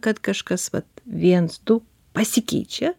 kad kažkas vat viens du pasikeičia